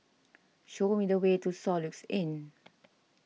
show me the way to Soluxe Inn